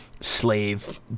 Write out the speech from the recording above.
slave